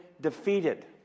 defeated